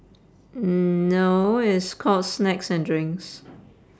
mm no it's called snacks and drinks